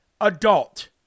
adult